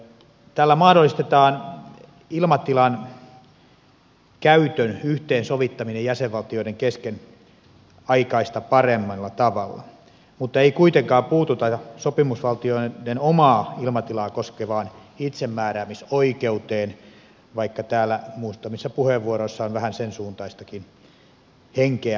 tällä mahdollistetaan ilmatilan käytön yhteensovittaminen jäsenvaltioiden kesken aikaisempaa paremmalla tavalla mutta ei kuitenkaan puututa sopimusvaltioiden omaa ilmatilaa koskevaan itsemääräämisoikeuteen vaikka täällä muutamissa puheenvuoroissa on vähän sen suuntaistakin henkeä ollut